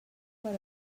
per